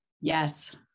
yes